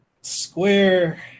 Square